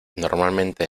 normalmente